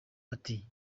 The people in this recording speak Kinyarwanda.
ati